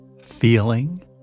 feeling